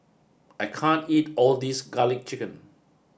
I can't eat all this Garlic Chicken